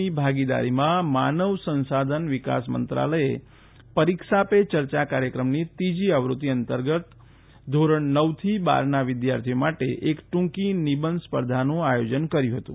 ની ભાગીદારીમાં માનવ સંશાધન વિકાસ મંત્રાલયે પરીક્ષા પે ચર્ચા કાર્યક્રમની ત્રીજી આવૃત્તિ અંતર્ગત ધોરણ નવથી બારના વિદ્યાર્થીઓ માટે એક ટુંકી નિબંધ સ્પર્ધાનું આયોજન કર્યું હતું